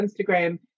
Instagram